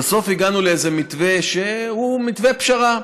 ובסוף הגענו לאיזה מתווה שהוא מתווה פשרה.